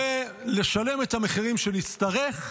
לשלם את המחירים שנצטרך,